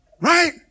Right